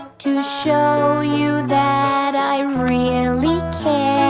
to show you that i really care